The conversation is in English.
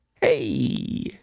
Hey